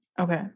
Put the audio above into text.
Okay